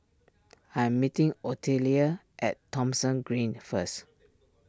I am meeting Ottilia at Thomson Green first